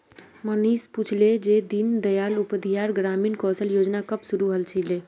मनीष पूछले जे दीन दयाल उपाध्याय ग्रामीण कौशल योजना कब शुरू हल छिले